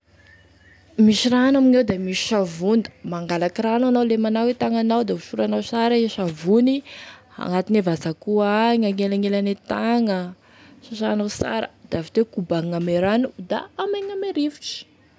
Misy rano amigneo da misy savony da mangalaky rano anao lemanao e tagnanao da osoranao sara e savony, agn'atiny e vazakoho agny, agnelagnelane tagna, sasanao sara da avy teo, kombagny ame rano da amaigny ame rivotry.